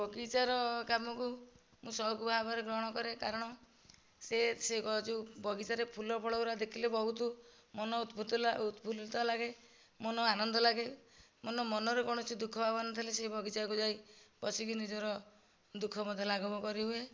ବଗିଚାର କାମକୁ ମୁଁ ସଉକ ଭାବରେ ଗ୍ରହଣ କରେ କାରଣ ସେ ସେ ଯେଉଁ ବଗିଚାରେ ଫୁଲ ଫଳ ଗୁଡ଼ା ଦେଖିଲେ ବହୁତ ମନ ଉତଫୁଲ୍ଲିତ ଲାଗେ ମନ ଆନନ୍ଦ ଲାଗେ ମାନେ ମନରେ କୌଣସି ଦୁଃଖ ଭାବନା ଥିଲେ ସେ ବଗିଚାକୁ ଯାଇ ବସିକି ନିଜର ଦୁଃଖ ମଧ୍ୟ ଲାଘବ କରିହୁଏ